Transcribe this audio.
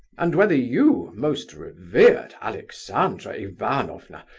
and whether you, most revered alexandra ivanovna,